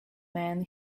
man